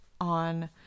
on